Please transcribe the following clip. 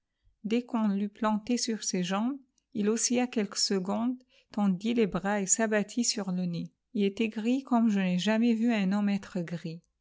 dès qu'on l'eut planté sur ses jambes il oscilla quelques secondes tendit les bras et s'abattit sur le nez ii était gris comme je n'ai jamais vu un homme être gris